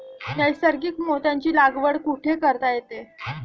नैसर्गिक मोत्यांची लागवड कुठे करता येईल?